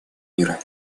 мира